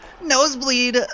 nosebleed